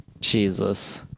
Jesus